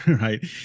right